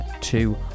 two